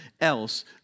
else